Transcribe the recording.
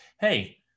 Hey